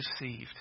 deceived